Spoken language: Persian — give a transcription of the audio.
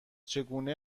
چگونه